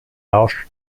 lauscht